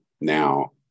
Now